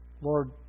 Lord